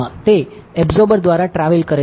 તે એબ્સોર્બર દ્વારા ટ્રાવેલ કરે છે